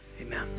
Amen